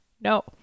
No